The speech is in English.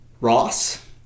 Ross